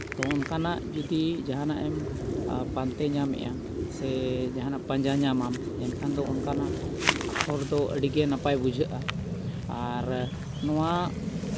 ᱛᱚ ᱚᱱᱠᱟᱱᱟᱜ ᱡᱩᱫᱤ ᱡᱟᱦᱟᱱᱟᱜᱼᱮᱢ ᱯᱟᱱᱛᱮ ᱧᱟᱢᱮᱜᱼᱟ ᱥᱮ ᱡᱟᱦᱟᱱᱟᱜ ᱯᱟᱸᱡᱟ ᱧᱟᱢᱟᱢ ᱮᱱᱠᱷᱟᱱ ᱫᱚ ᱚᱱᱠᱟᱱᱟᱜ ᱟᱠᱷᱚᱨ ᱫᱚ ᱟᱹᱰᱤ ᱜᱮ ᱱᱟᱯᱟᱭ ᱵᱩᱡᱷᱟᱹᱜᱼᱟ ᱟᱨ ᱱᱚᱣᱟ